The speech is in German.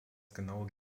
genaue